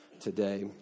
today